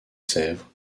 sèvres